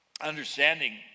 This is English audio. Understanding